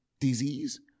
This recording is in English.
Disease